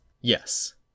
Yes